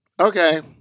okay